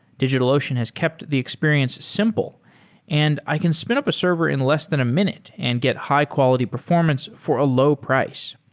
digitalocean has kept the experience simple and i can spin up a server in less than a minute and get high quality performance for a low price.